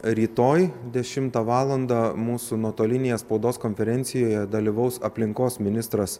rytoj dešimtą valandą mūsų nuotolinėje spaudos konferencijoje dalyvaus aplinkos ministras